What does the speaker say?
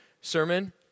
sermon